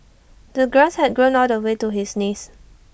the grass had grown all the way to his knees